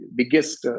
biggest